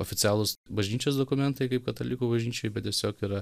oficialūs bažnyčios dokumentai kaip katalikų bažnyčioj bet tiesiog yra